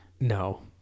No